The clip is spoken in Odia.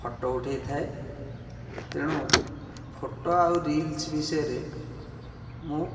ଫଟୋ ଉଠାଇଥାଏ ତେଣୁ ଫଟୋ ଆଉ ରିଲସ୍ ବିଷୟରେ ମୁଁ